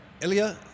Ilya